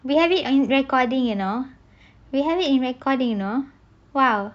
we have it on recording you know we have it in recording you know !wow!